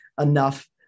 enough